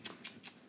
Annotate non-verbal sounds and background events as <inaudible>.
<noise>